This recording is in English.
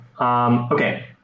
Okay